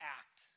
act